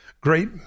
great